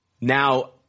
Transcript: now